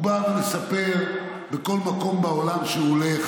הוא מספר בכל מקום שהוא הולך